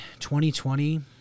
2020